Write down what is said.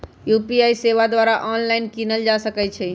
UPI सेवा द्वारा online कीनल जा सकइ छइ